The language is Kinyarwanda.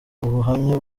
ubuhamya